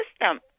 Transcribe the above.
system